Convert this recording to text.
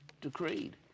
decreed